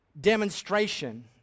demonstration